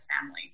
family